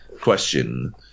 question